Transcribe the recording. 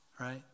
right